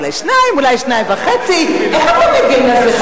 אולי 2 אולי 2.5. איך אתה מגן על זה,